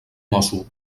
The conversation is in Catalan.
mosso